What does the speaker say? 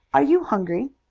are you hungry?